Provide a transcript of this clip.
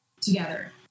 together